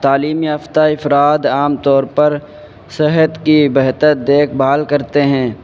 تعلیم یافتہ افراد عام طور پر صحت کی بہتر دیکھ بھال کرتے ہیں